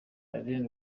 adeline